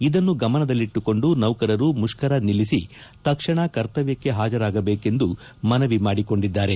ಇದನ್ನು ಗಮನದಲ್ಲಿಟ್ಟುಕೊಂಡು ನೌಕರರು ಮುಷ್ಕರ ನಿಲ್ಲಿಳಿ ತಕ್ಷಣ ಕರ್ತವ್ಯಕ್ಕೆ ಪಾಜರಾಗಬೇಕೆಂದು ಮನವಿ ಮಾಡಿಕೊಂಡಿದ್ದಾರೆ